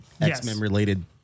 X-Men-related